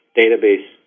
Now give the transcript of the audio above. database